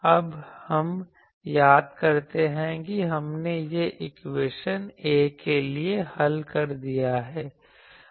अब हम याद करते हैं कि हमने यह इक्वेशन A के लिए हल कर दिया है